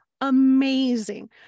amazing